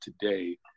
today